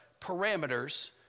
parameters